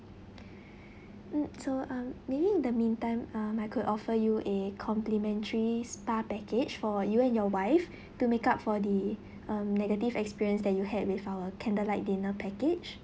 mm so um maybe in the meantime um I could offer you a complimentary spa package for you and your wife to make up for the um negative experience that you had with our candlelight dinner package